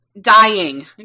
Dying